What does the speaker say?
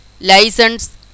license